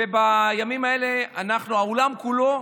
בימים האלה העולם כולו,